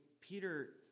Peter